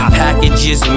packages